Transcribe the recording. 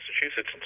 Massachusetts